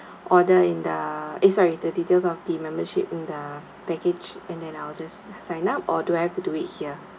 order in the eh sorry the details of the membership in the package and then I'll just sign up or do I have to do it here